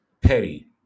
petty